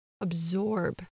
absorb